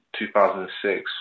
2006